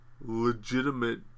legitimate